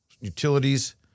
utilities